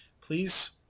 please